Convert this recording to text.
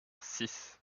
six